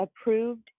Approved